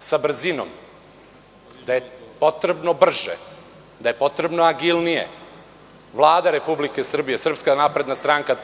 sa brzinom, da je potrebno brže, da je potrebno agilnije. Vlada Republike Srbije, SNS,